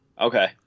Okay